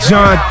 John